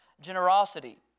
generosity